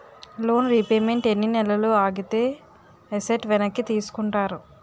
Loan repayment ఎన్ని నెలలు ఆగితే ఎసట్ వెనక్కి తీసుకుంటారు?